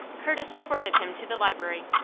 curtis supported him to the library.